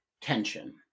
tension